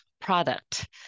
product